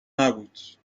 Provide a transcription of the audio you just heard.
نبود